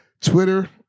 Twitter